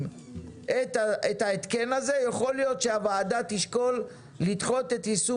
את ההתקן הזה יכול להיות שהוועדה תשקול לדחות את יישום